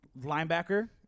linebacker